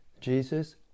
Jesus